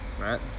right